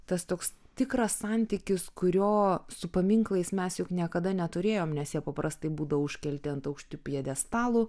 tas toks tikras santykis kurio su paminklais mes juk niekada neturėjom nes jie paprastai būdavo užkelti ant aukštų pjedestalų